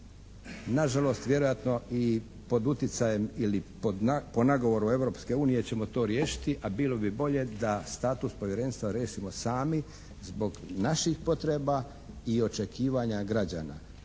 Nažalost, vjerojatno i pod utjecajem ili po nagovoru Europske unije ćemo to riješiti ali bilo bi bolje da status povjerenstva riješimo sami zbog naših potreba i očekivanja građana.